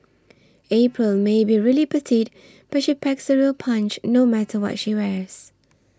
April may be really petite but she packs a real punch no matter what she wears